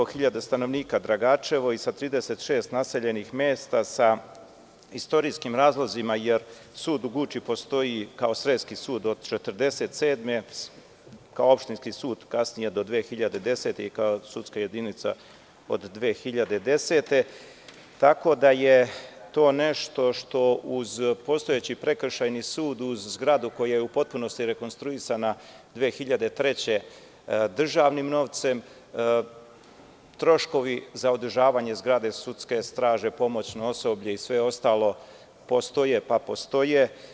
Dragačevo sa 21.500 stanovnika i sa 36 naseljenih mesta, sa istorijskim razlozima jer sud u Guči postoji kao sreski sud od 1947. godine, kao opštinski sud kasnije do 2010. godine i kao sudska jedinica od 2010. godine, tako da je to nešto što uz postojeći prekšajni sud, uz zgradu koja je u potpunosti rekonstruisana 2003. godine državnim novcem, troškovi za održavanje zgrade, sudske straže, pomoćno osoblje i sve ostalo postoje, pa postoje.